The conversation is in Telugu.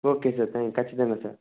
ఓకే సార్ థ్యాంక్ ఖచ్చితంగా సార్